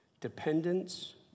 dependence